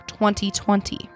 2020